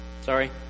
Sorry